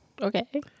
Okay